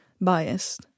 biased